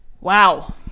Wow